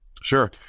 Sure